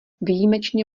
výjimečně